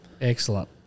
Excellent